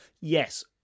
Yes